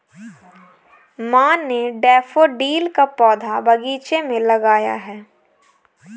माँ ने डैफ़ोडिल का पौधा बगीचे में लगाया है